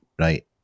right